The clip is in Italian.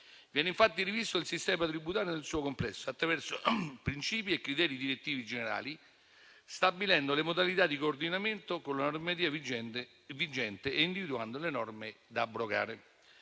Viene infatti rivisto il sistema tributario nel suo complesso, attraverso princìpi e criteri direttivi generali, stabilendo le modalità di coordinamento con la normativa vigente e individuando le norme da abrogare.